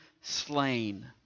slain